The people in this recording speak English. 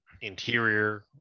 interior